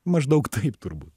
maždaug taip turbūt